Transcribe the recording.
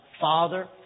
Father